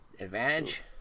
advantage